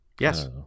Yes